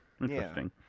interesting